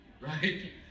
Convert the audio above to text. Right